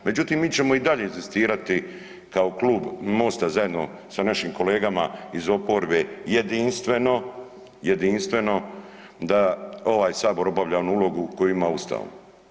Međutim mi ćemo i dalje inzistirati kao Klub MOST-a zajedno sa našim kolegama iz oporbe, jedinstveno, jedinstveno da ovaj sabor obavlja onu ulogu koju ima Ustavom.